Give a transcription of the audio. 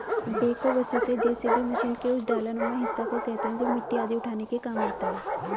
backhoe वस्तुतः JCB machine के उस डालानुमा हिस्सा को कहते हैं जो मिट्टी आदि उठाने के काम आता है